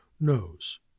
knows